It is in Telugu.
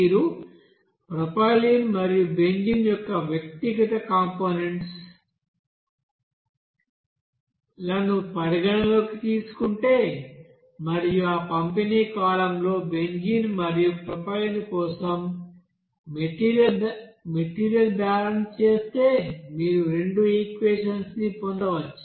మీరు ప్రొపైలీన్ మరియు బెంజీన్ యొక్క వ్యక్తిగత కంపోనెంట్స్ లను పరిగణనలోకి తీసుకుంటే మరియు ఆ పంపిణీ కాలమ్లో బెంజీన్ మరియు ప్రొపైలిన్ కోసం మెటీరియల్ బ్యాలెన్స్ చేస్తే మీరు రెండు ఈక్వెషన్స్ ని పొందవచ్చు